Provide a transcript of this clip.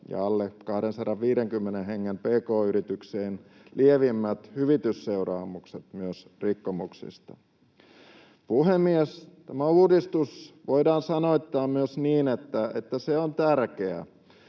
ja alle 250 hengen pk-yrityksiin lievimmät hyvitysseuraamukset myös rikkomuksista. Puhemies! Tämä uudistus voidaan sanoittaa myös niin, että se on tärkeä,